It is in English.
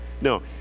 No